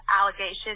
allegations